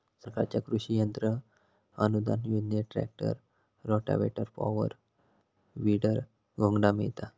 सरकारच्या कृषि यंत्र अनुदान योजनेत ट्रॅक्टर, रोटावेटर, पॉवर, वीडर, घोंगडा मिळता